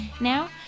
now